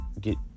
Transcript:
get